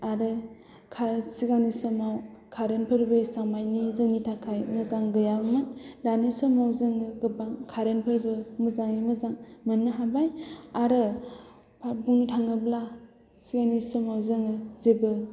आरो सिगांनि समाव खारेन्टफोर एसांमानि जोंनि थाखाय मोजां गैयामोन दानि समाव जों गोबां खारेन्टफोरबो मोजाङै मोजां मोननो हाबाय आरो बुंनो थाङोब्ला जोंनि समाव जों जेबो